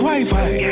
Wi-Fi